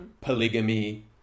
polygamy